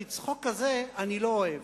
כי צחוק כזה אני לא אוהב.